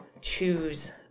choose